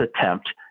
attempt